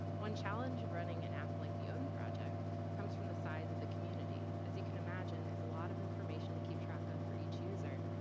one challenge of running an app like the odin project comes from the size of the community, as you can imagine, there's a lot of information to keep track of for each user,